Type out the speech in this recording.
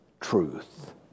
truth